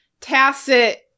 tacit